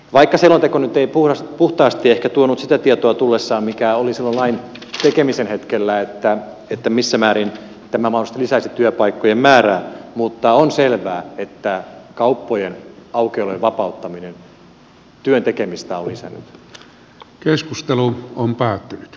vaikka selonteko nyt ei puhtaasti ehkä tuonut sitä tietoa tullessaan mikä oli silloin lain tekemisen hetkellä esillä että missä määrin tämä mahdollisesti lisäisi työpaikkojen määrää on selvää että kauppojen aukiolojen vapauttaminen työn tekemistä on lisännyt